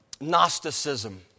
Gnosticism